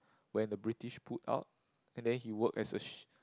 when the British pulled out and then he work as a sh~